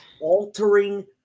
altering